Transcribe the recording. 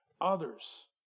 others